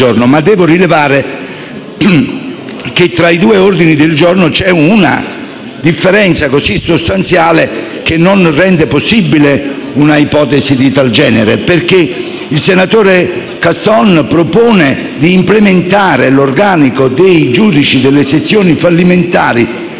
tuttavia rilevare che tra i due ordini del giorno c'è una differenza così sostanziale che non rende possibile un'ipotesi di tal genere. Il senatore Casson propone di implementare l'organico dei giudici delle sezioni fallimentari